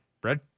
Bread